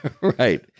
right